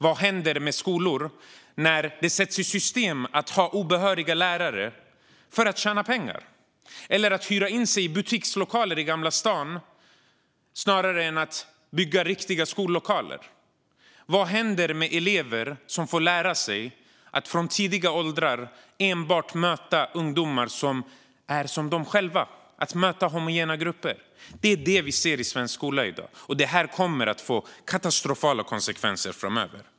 Vad händer med skolor när det sätts i system att ha obehöriga lärare för att tjäna pengar eller att hyra in sig i butikslokaler i Gamla stan snarare än att bygga riktiga skollokaler? Vad händer med elever som från tidig ålder får lära sig att enbart möta ungdomar som är som de själva - att möta homogena grupper? Det är detta vi ser i svensk skola i dag, och det kommer att få katastrofala konsekvenser framöver.